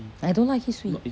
I don't like it sweet